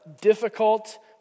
difficult